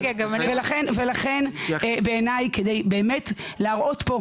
ולכן בעיניי כדי להראות פה,